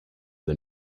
the